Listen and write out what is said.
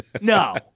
no